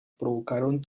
provocaron